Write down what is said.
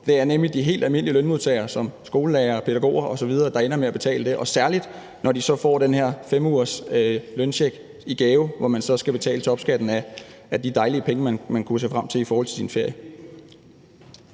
Det er nemlig de helt almindelige lønmodtagere som skolelærere, pædagoger osv., der ender med at betale det, særlig når de så får den her 5-ugersløncheck i gave, hvor de så skal betale topskat af de dejlige penge, de kunne se frem til i forhold til deres ferie.